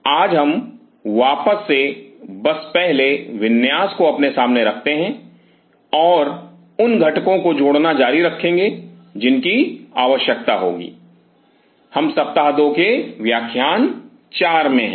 आज हम वापस से बस पहले विन्यास को अपने सामने रखते हैं और उन घटकों को जोड़ना जारी रखेंगे जिनकी आवश्यकता होगी हम सप्ताह 2 के व्याख्यान 4 में हैं